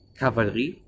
cavalry